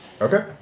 Okay